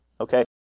Okay